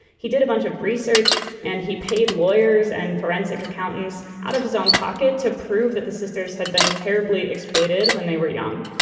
he did a bunch of research and he paid lawyers and forensic accountants out of his own pocket to prove that the sisters had been terribly exploited when they were young.